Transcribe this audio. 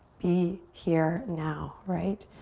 be here now, right?